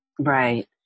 right